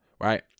Right